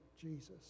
Jesus